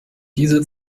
dieser